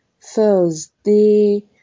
Thursday